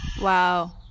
Wow